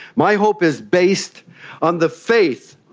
my hope is based on the faith,